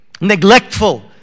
neglectful